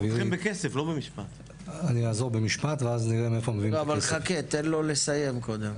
חכה תן לו לסיים קודם.